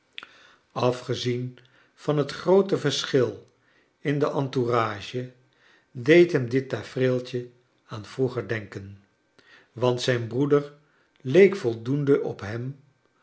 afgezien van het groote verschil in de entourage deed hem dit tafereeltje aan vroeger denken want zijn brooder leek voldoende op hem